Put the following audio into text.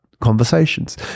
conversations